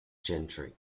gentry